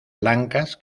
blancas